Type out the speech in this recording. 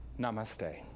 Namaste